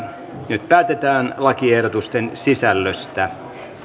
nyt päätetään lakiehdotusten sisällöstä